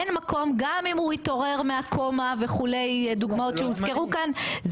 אין מקום גם אם הוא התעורר מהקומה וכו' דוגמאות שהוזכרו כאן,